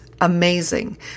amazing